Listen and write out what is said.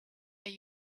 are